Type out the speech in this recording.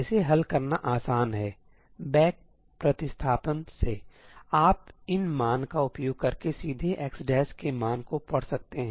इसे हल करना आसान है बैकप्रतिस्थापन सेआप इन मान का उपयोग करके सीधेx1 के मान को पढ़ सकते हैं